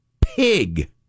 Pig